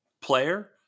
player